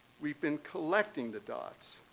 we've been collecting the dots.